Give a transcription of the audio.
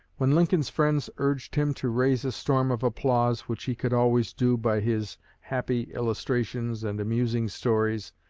when lincoln's friends urged him to raise a storm of applause, which he could always do by his happy illustrations and amusing stories,